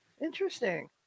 Interesting